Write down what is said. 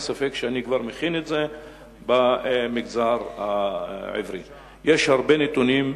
אין ספק שאני כבר מכין את זה יש הרבה נתונים,